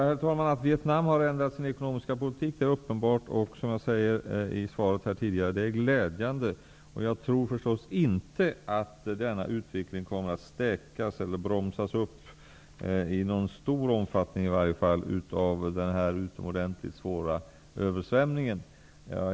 Herr talman! Att Vietnam har ändrat sin ekonomiska politik är uppenbart, och det är, som jag tidigare sade i svaret, glädjande. Jag tror förstås inte att denna utveckling kommer att stärkas eller bromsas upp, i varje fall inte i någon stor omfattning, av denna utomordentligt svåra översvämning.